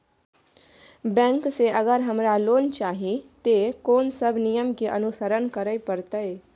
Bank से अगर हमरा लोन चाही ते कोन सब नियम के अनुसरण करे परतै?